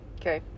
Okay